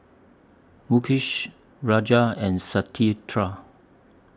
Mukesh Raja and Satyendra